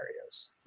areas